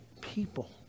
people